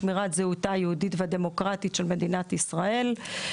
פועל לשמירת זהותה היהודית והדמוקרטית של מדינת ישראל.